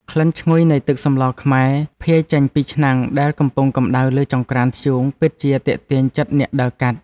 ក្លិនឈ្ងុយនៃទឹកសម្លខ្មែរភាយចេញពីឆ្នាំងដែលកំពុងកម្តៅលើចង្ក្រានធ្យូងពិតជាទាក់ទាញចិត្តអ្នកដើរកាត់។